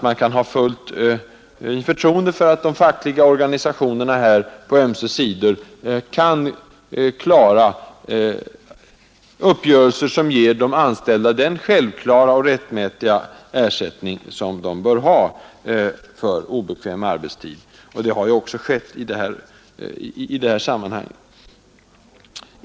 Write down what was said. Man kan ha fullt förtroende för att de fackliga organisationerna på ömse sidor kan åstadkomma uppgörelser som ger de anställda den självklara och rättmätiga ersättning som de bör ha för obekväm arbetstid. Det har ju också skett.